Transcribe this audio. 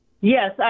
Yes